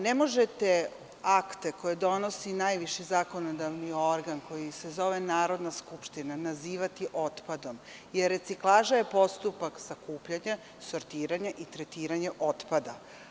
Ne možete akte koje donosi najviši zakonodavni organ, koji se zove Narodna skupština nazivati otpadom, jer reciklaža je postupak sakupljanja, sortiranja i tretiranja otpada.